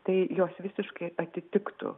tai jos visiškai atitiktų